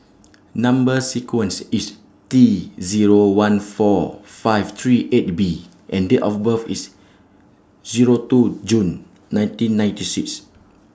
Number sequence IS T Zero one four five three eight B and Date of birth IS Zero two June nineteen ninety six